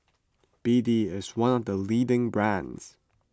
B D is one of the leading brands